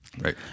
right